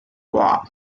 war